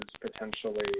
potentially